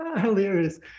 Hilarious